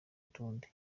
utundi